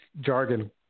jargon